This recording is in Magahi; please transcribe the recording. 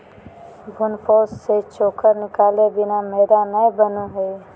भ्रूणपोष से चोकर निकालय बिना मैदा नय बनो हइ